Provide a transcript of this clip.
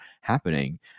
happening